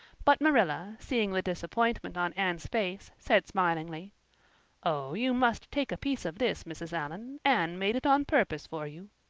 but marilla, seeing the disappointment on anne's face, said smilingly oh, you must take a piece of this, mrs. allan. anne made it on purpose for you.